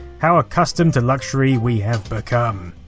how accustomed to luxury we have become.